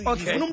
Okay